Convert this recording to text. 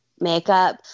makeup